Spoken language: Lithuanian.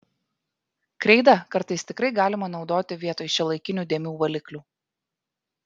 kreidą kartais tikrai galima naudoti vietoj šiuolaikinių dėmių valiklių